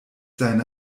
seine